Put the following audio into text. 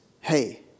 hey